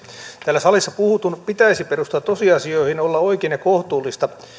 täällä salissa puhutun pitäisi perustua tosiasioihin olla oikein ja kohtuullista